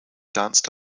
danced